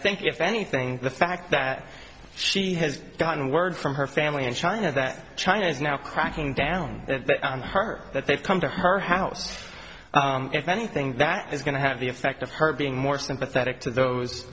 think if anything the fact that she has gotten word from her family in china that china is now cracking down on her that they've come to her house if anything that is going to have the effect of her being more sympathetic to those